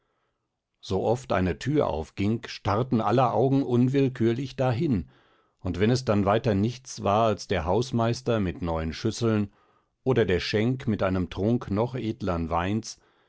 sooft eine tür aufging starrten aller augen unwillkürlich dahin und wenn es dann weiter nichts war als der hausmeister mit neuen schüsseln oder der schenk mit einem trunk noch edlern weins